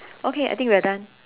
okay I think we are done